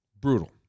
brutal